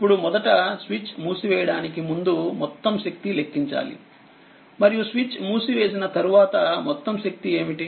ఇప్పుడుమొదట switch మూసివేయడానికి ముందు మొత్తం శక్తి లెక్కించాలి మరియు స్విచ్ మూసివేసిన తరువాత మొత్తం శక్తి ఏమిటి